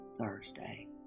thursday